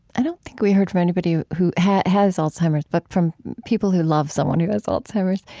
i don't think we heard from anybody who has has alzheimer's, but from people who love someone who has alzheimer's